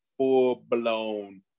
full-blown